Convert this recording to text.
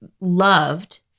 loved